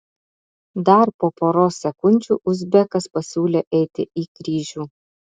dar po poros sekundžių uzbekas pasiūlė eiti į kryžių